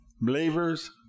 Believers